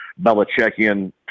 Belichickian